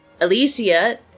Alicia